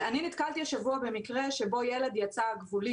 ואני נתקלתי השבוע במקרה שבו ילד יצא גבולי